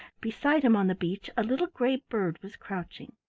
beside him on the beach a little gray bird was crouching.